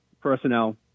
personnel